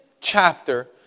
chapter